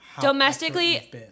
Domestically